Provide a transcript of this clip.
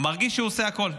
מרגיש שהוא עושה הכול.